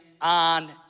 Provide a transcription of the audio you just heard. on